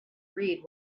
read